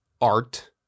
art